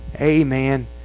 amen